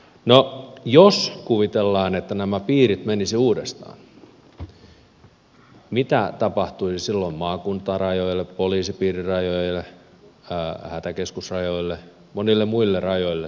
no jos kuvitellaan että nämä piirit menisivät uudestaan mitä tapahtuisi silloin maakuntarajoille poliisipiirirajoille hätäkeskusrajoille monille muille rajoille sairaanhoitopiirirajoille ynnä muuta